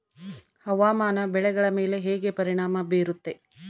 ಹವಾಮಾನ ಬೆಳೆಗಳ ಮೇಲೆ ಹೇಗೆ ಪರಿಣಾಮ ಬೇರುತ್ತೆ?